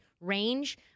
range